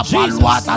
Jesus